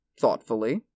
thoughtfully